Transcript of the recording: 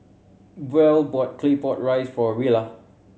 Buel bought Claypot Rice for Rilla